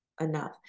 enough